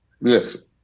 Yes